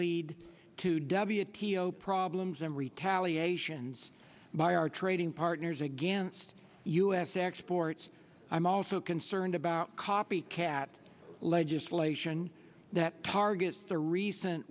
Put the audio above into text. lead to w t o problems and retaliations by our trading partners against u s exports i'm also concerned about copycat legislation that targets the recent